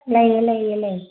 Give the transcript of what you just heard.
ꯂꯩꯌꯦ ꯂꯩꯌꯦ ꯂꯩ